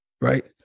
right